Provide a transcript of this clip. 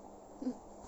mm